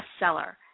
bestseller